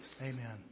Amen